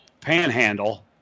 Panhandle